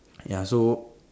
ya so